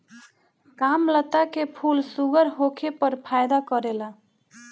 कामलता के फूल शुगर होखे पर फायदा करेला